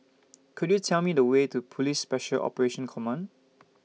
Could YOU Tell Me The Way to Police Special Operations Command